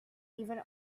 even